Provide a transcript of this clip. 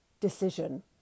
decision